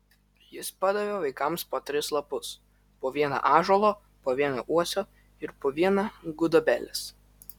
jis padavė vaikams po tris lapus po vieną ąžuolo po vieną uosio ir po vieną gudobelės